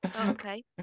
Okay